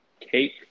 cake